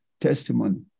testimony